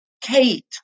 Kate